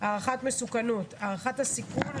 "הערכת מסוכנות" הערכת הסיכון,